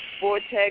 vortex